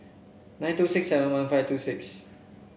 nine two six seven one five two six